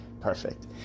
perfect